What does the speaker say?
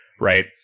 right